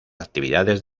actividades